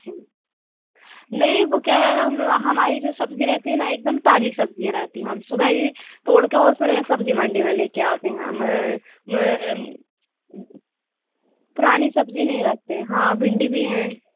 जी नहीं वह क्या है ना हम लो हमाई जो सब्ज़ी रहती है ना एकदम ताज़ी सब्ज़ियाँ रहती हैं हम सुबह ही तोड़कर और फ़िर सब्ज़ी मंडी में लेकर आते हैं हम मैं म पुरानी सब्ज़ी नहीं रखते हाँ भिंडी भी है